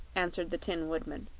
answered the tin woodman.